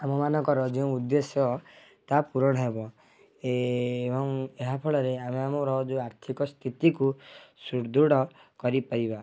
ଆମମାନଙ୍କର ଯେଉଁ ଉଦେଶ୍ୟ ତା ପୂରଣ ହେବ ଏବଂ ଏହା ଫଳରେ ଆମେ ଆମର ଆର୍ଥିକ ସ୍ଥିତିକୁ ସୁଦୃଢ଼ କରିପାରିବା